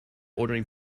ordering